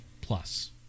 plus